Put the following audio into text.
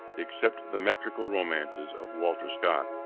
except the metrical romances of walter scott,